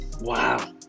wow